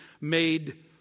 made